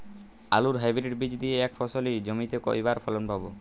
আলুর হাইব্রিড বীজ দিয়ে এক ফসলী জমিতে কয়বার ফলন পাব?